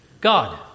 God